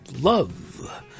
love